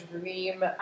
dream